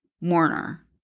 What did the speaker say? mourner